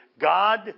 God